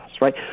right